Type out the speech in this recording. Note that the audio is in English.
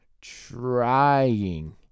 trying